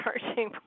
charging